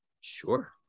Sure